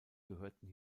gehörten